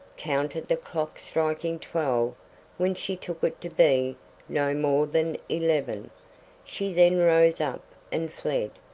counted the clock striking twelve when she took it to be no more than eleven she then rose up and fled,